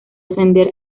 ascender